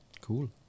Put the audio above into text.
cool